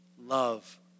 love